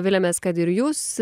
viliamės kad ir jūs